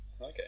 Okay